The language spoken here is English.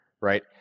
right